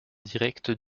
directs